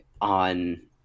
on